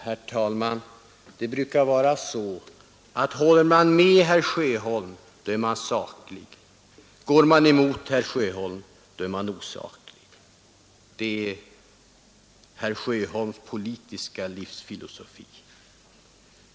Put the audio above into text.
Herr talman! Det brukar vara så att man är saklig, om man håller med herr Sjöholm, men osaklig om man går emot honom. Det är herr Sjöholms politiska livsfilosofi.